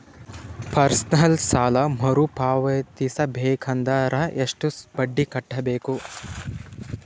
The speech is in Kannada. ಪರ್ಸನಲ್ ಸಾಲ ಮರು ಪಾವತಿಸಬೇಕಂದರ ಎಷ್ಟ ಬಡ್ಡಿ ಕಟ್ಟಬೇಕು?